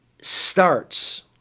starts